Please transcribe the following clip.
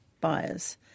buyers